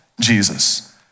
Jesus